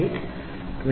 758 1